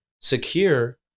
secure